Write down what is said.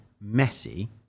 messy